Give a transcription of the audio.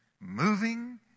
moving